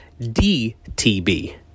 DTB